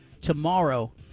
tomorrow